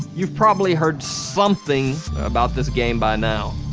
you've probably heard something about this game by now.